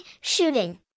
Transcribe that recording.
shooting